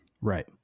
Right